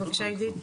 בבקשה עדית.